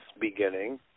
beginning